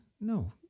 No